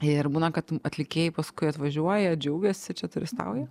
ir būna kad atlikėjai paskui atvažiuoja džiaugiasi čia turistauja